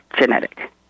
genetic